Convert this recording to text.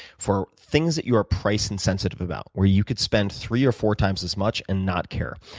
for things that you are price insensitive about. where you could spend three or four times as much and not care.